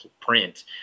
print